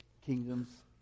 kingdoms